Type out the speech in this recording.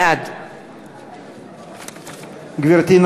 בעד גברתי,